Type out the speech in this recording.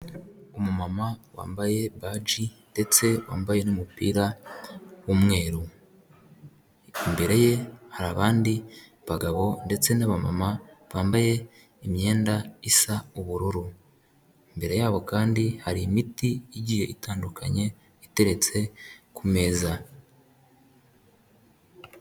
Umumama wambaye baji ndetse wambaye n'umupira w'umweru, imbere ye hari abandi bagabo ndetse naba mama bambaye imyenda isa ubururu, imbere yabo kandi hari imiti igiye itandukanye iteretse ku meza.